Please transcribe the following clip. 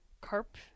carp